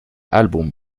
álbum